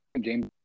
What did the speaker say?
James